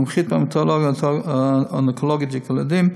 מומחית בהמטו-אונקולוגיה ילדים,